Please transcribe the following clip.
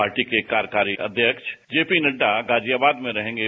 party के कार्यकारी अध्यक्ष जेपी नड्डा गाजियाबाद में रहेंगे